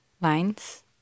Lines